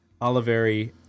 Oliveri